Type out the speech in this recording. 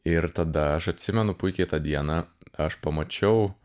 ir tada aš atsimenu puikiai tą dieną aš pamačiau